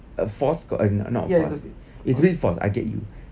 ya it's a bit forced